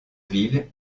ville